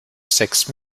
sexe